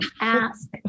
ask